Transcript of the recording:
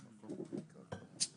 בוקר טוב לכולם.